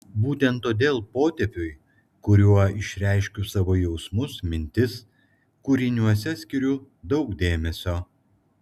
būtent todėl potėpiui kuriuo išreiškiu savo jausmus mintis kūriniuose skiriu daug dėmesio